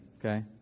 Okay